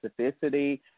specificity